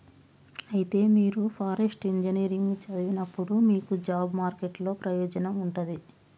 అయితే మీరు forest engineering సదివినప్పుడు మీకు జాబ్ మార్కెట్ లో ప్రయోజనం ఉంటది